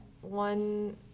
one